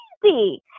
crazy